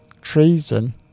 Treason